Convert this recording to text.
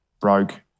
broke